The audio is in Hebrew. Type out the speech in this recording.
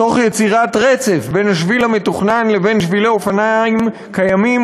תוך יצירת רצף בין השביל המתוכנן לבין שבילי אופניים קיימים,